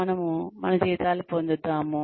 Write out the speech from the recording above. మనము మన జీతాలు పొందుతాము